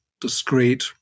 discrete